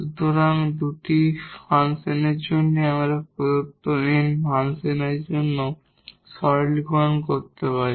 শুধুমাত্র দুটি ফাংশনের জন্যই আমরা প্রদত্ত n ফাংশনের জন্য সাধারণীকরণ করতে পারি